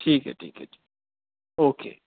ٹھیک ہے ٹھیک ہے ٹھیک اوکے